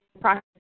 process